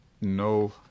no